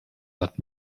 hat